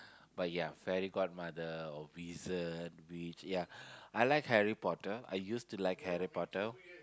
but ya fairy god mother or wizard witch ya I like Harry-Potter I used to like Harry-Potter